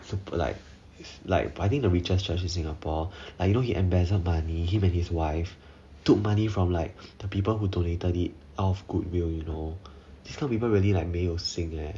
super like like I think the richest church in singapore like you know he embezzled money him and his wife took money from like the people who donated it out of goodwill you know this kind of people really like 没有心 eh